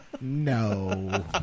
No